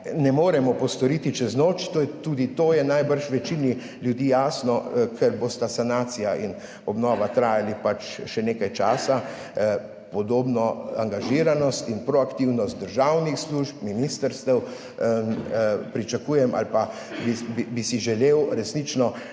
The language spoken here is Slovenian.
ne moremo postoriti čez noč. Tudi to je najbrž večini ljudi jasno, ker bosta sanacija in obnova trajali pač še nekaj časa, podobno angažiranost in proaktivnost državnih služb, ministrstev pričakujem ali bi si želel resnično